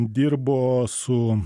dirbo su